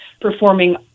performing